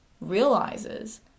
realizes